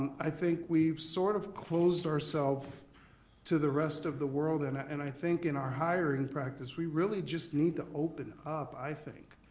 i think we've sort of closed ourselves to the rest of the world and and i i think in our hiring practice, we really just need to open up i think.